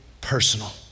personal